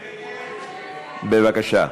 בבקשה.